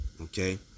okay